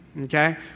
Okay